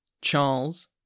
Charles